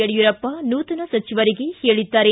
ಯಡಿಯೂರಪ್ಪ ನೂತನ ಸಚಿವರಿಗೆ ಹೇಳಿದ್ದಾರೆ